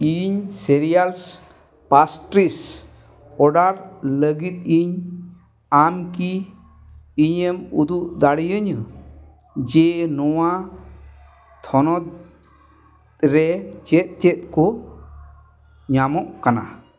ᱤᱧ serious pastries order ᱞᱟᱹᱜᱤᱫ ᱤᱧ ᱟᱢ ᱠᱤ ᱤᱧᱮᱢ ᱩᱫᱩᱜ ᱫᱟᱲᱮᱭᱤᱧᱟᱹ ᱡᱮ ᱱᱚᱣᱟ ᱛᱷᱚᱱᱚᱛ ᱨᱮ ᱪᱮᱫ ᱪᱮᱫ ᱠᱚ ᱧᱟᱢᱚᱜ ᱠᱟᱱᱟ